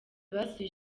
basuye